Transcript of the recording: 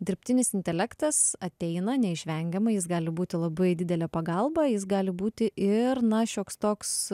dirbtinis intelektas ateina neišvengiamai jis gali būti labai didelė pagalba jis gali būti ir na šioks toks